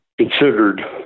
considered